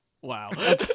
Wow